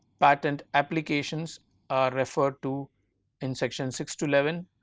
patent applications are referred to in section six to eleven,